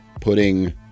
putting